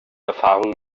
erfahrung